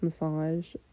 massage